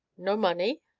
no money?